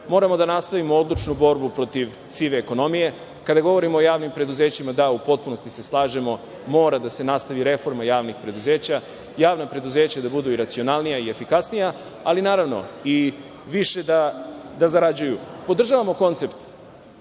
moramo da nastavimo odlučnu borbu protiv sive ekonomije. Kada govorimo o javnim preduzećima, u potpunosti se slažemo, mora da se nastavi reforma javnih preduzeća. Javna preduzeća moraju da budu i racionalnija i efikasnija, ali, naravno, i više da zarađuju. Podržavamo koncept,